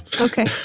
okay